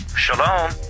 Shalom